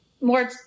more